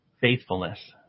faithfulness